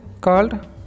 called